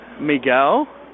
Miguel